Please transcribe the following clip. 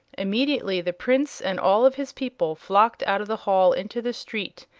immediately the prince and all of his people flocked out of the hall into the street,